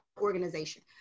organization